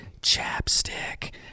chapstick